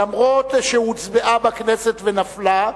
למרות שהוצבעה בכנסת ונפלה,